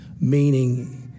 Meaning